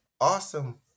Awesome